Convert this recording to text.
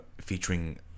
featuring